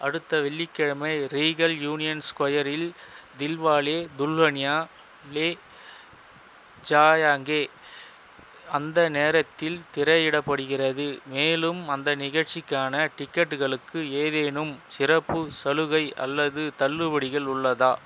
அடுத்த வெள்ளிக்கிழமை Regal Union ஸ்குயரில் தில்வாலே துல்ஹனியா லே ஜாயாங்கே அந்த நேரத்தில் திரையிடப்படுகிறது மேலும் அந்த நிகழ்ச்சிக்கான டிக்கெட்டுகளுக்கு ஏதேனும் சிறப்பு சலுகை அல்லது தள்ளுபடிகள் உள்ளதா